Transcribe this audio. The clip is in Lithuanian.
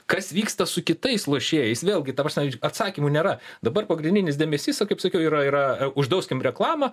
kas vyksta su kitais lošėjais vėlgi ta prasme atsakymų nėra dabar pagrindinis dėmesys va kaip sakiau yra yra uždrauskim reklamą